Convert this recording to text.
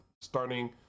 Starting